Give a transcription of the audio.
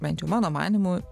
bent jau mano manymu